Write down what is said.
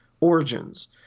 origins